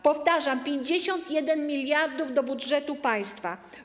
Powtarzam: 51 mld do budżetu państwa.